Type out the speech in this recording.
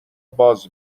باز